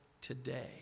today